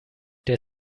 der